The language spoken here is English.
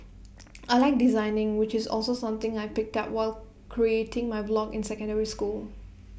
I Like designing which is also something I picked up while creating my blog in secondary school